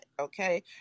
Okay